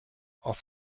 auf